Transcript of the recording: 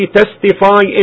testify